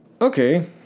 Okay